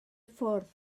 ffwrdd